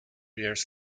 years